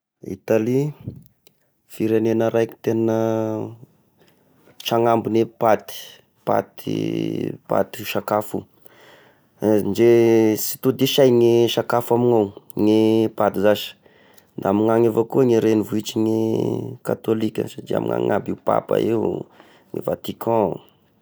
Italia, firegnena raiky tegna tranambon'ny paty, paty paty sakafo, indreo sy tody isay ny sakafo amigny ao ny paty zashy, da amigny agny avao koa ny renivohitry ny katôlika satria agny amigny aby io papa io, i Vatican.